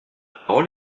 parole